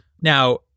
Now